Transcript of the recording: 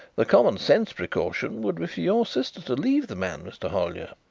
the common-sense precaution would be for your sister to leave the man, mr. hollyer.